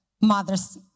mother's